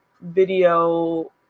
video